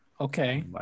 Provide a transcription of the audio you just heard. Okay